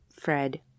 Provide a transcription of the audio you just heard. Fred